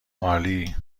عالی